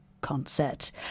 concert